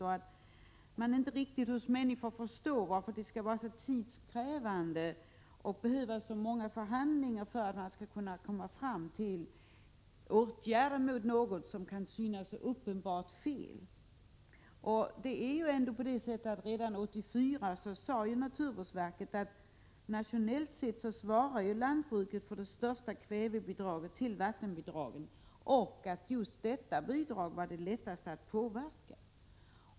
Människor förstår inte riktigt varför det skall vara så tidskrävande och behövas så många förhandlingar att komma fram till åtgärder mot någonting som synes uppenbart felaktigt. Redan 1984 sade ju naturvårdsverket att nationellt sett svarar lantbruket för det största kvävebidraget till vattendragen och att just detta bidrag är det lättaste att påverka.